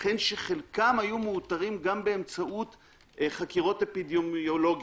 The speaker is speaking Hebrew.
יכול להיות שחלקם היה מאותר גם באמצעות חקירות אפידמיולוגיות.